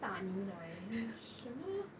大牛奶 leh 什么